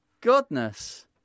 goodness